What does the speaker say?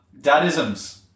dadisms